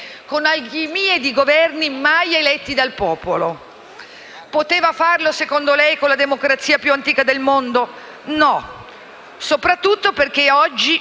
con alchimie di Governi mai eletti dal popolo. Poteva farlo, secondo lei, con la democrazia più antica del mondo? No, soprattutto perché oggi